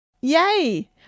yay